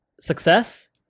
success